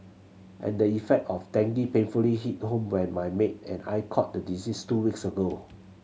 and the effect of dengue painfully hit home by my maid and I caught the disease two weeks ago